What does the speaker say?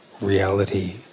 reality